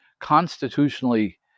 constitutionally